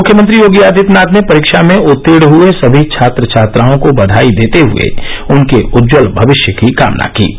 मुख्यमंत्री योगी आदित्यनाथ ने परीक्षा में उत्तीर्ण हए समी छात्र छात्राओं को बधाई देते हए उनके उज्ज्वल भविष्य की कामना की है